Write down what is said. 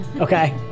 Okay